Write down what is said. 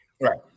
Right